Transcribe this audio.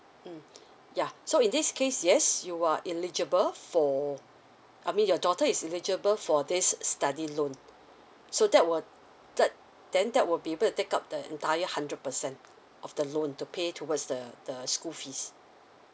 mm yeah so in this case yes you are eligible for I mean your daughter is eligible for this study loan so that will that then that will be able to take up the entire hundred percent of the loan to pay towards the the school fees